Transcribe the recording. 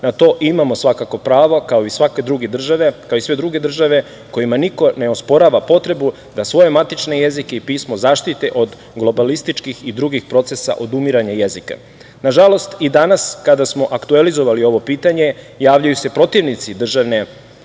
Na to imamo svakako pravo kao i svaka druge države kojima niko ne osporava potrebu da svoje matične jezike i pismo zaštite od globalističkih i drugih procesa odumiranja jezika. Nažalost, i danas kada smo aktuelizovali ovo pitanje, javljaju se protivnici državne